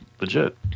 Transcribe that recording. legit